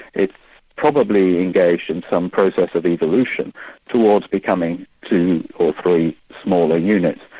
it's probably engaged in some process of evolution towards becoming two or three smaller units,